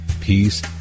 peace